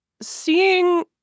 seeing